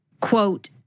Quote